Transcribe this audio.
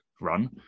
run